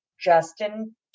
Justin